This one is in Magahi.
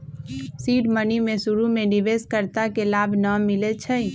सीड मनी में शुरु में निवेश कर्ता के लाभ न मिलै छइ